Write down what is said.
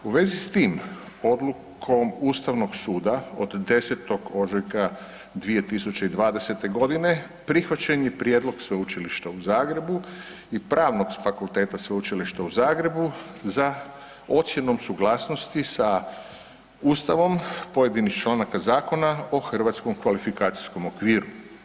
U vezi s tim odlukom ustavnog suda od 10. ožujka 2020.g. prihvaćen je prijedlog Sveučilišta u Zagreba i Pravnog fakulteta sveučilišta u Zagrebu za ocjenom suglasnosti sa ustavom pojedinih članaka zakona o hrvatskom kvalifikacijskom okviru.